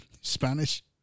Spanish